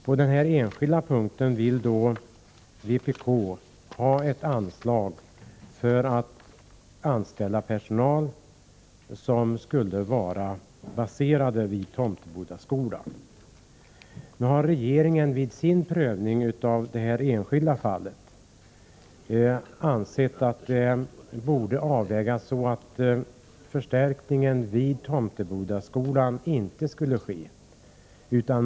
På den enskilda punkten vill vpk ha ett anslag för att anställa personal, som skulle vara placerad på Tomtebodaskolan. Vid sin prövning av detta enskilda fall har regeringen dock ansett att avvägningen borde ske så att någon förstärkning vid Tomtebodaskolan inte kommer till stånd.